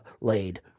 laid